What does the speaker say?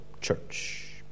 church